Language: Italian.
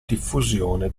diffusione